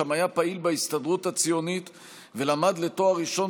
ושם היה פעיל בהסתדרות הציונית ולמד לתואר ראשון